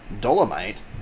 Dolomite